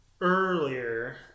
earlier